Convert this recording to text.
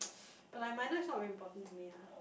but like minor is not very important to me ah